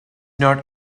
not